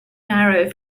narrow